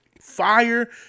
fire